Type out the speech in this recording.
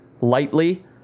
lightly